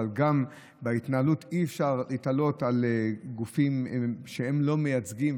אבל גם בהתנהלות אי-אפשר להתעלות על גופים שהם לא מייצגים,